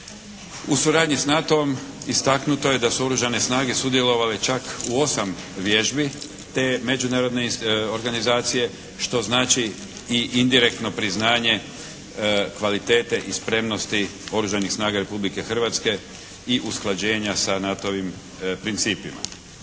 U suradnji s NATO-om istaknuto je da su oružane snage sudjelovale čak u 8 vježbi te međunarodne organizacije, što znači i indirektno priznanje kvalitete i spremnosti oružanih snaga Republike Hrvatske i usklađenja sa NATO-vim principima.